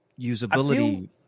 usability